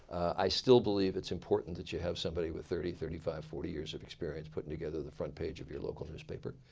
i still believe it's important that you have somebody with thirty, thirty five, forty years of experience putting together the front page of your newspaper.